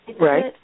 Right